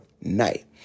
night